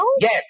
Yes